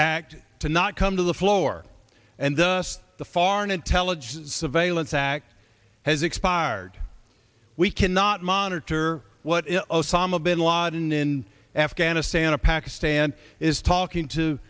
act to not come to the floor and the foreign intelligence surveillance act has expired we cannot monitor what osama bin ladin in afghanistan or pakistan is talking to